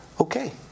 okay